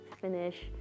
finish